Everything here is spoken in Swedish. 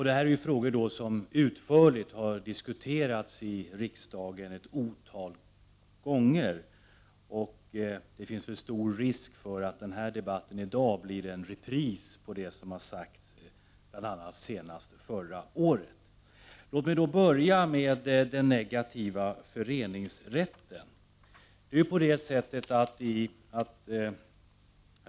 Dessa frågor har utförligt diskuterats i riksdagen ett otal gånger, och det finns stor risk för att debatten i dag blir en repris på det som har sagts, bl.a. förra året. Låt mig börja med den negativa föreningsrätten.